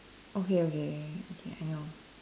okay okay okay I know